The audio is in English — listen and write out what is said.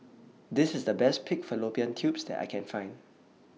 This IS The Best Pig Fallopian Tubes that I Can Find